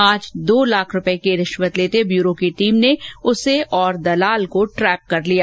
आज दो लाख रूपए की रिश्वत लेते ब्यूरो की टीम ने उसे तथा दलाल को ट्रैप कर लिया